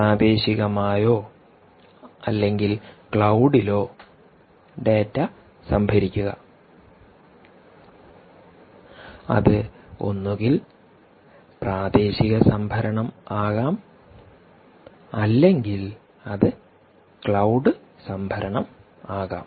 പ്രാദേശികമായോ അല്ലെങ്കിൽ ക്ലൌഡിലോ ഡാറ്റ സംഭരിക്കുക അത് ഒന്നുകിൽ പ്രാദേശിക സംഭരണം ആകാം അല്ലെങ്കിൽ അത് ക്ലൌഡ് സംഭരണം ആകാം